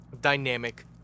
Dynamic